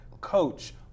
coach